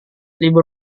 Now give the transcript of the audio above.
libur